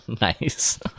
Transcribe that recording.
Nice